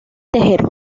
tejer